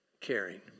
caring